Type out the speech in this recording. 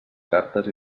cartes